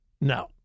No